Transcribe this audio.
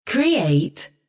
Create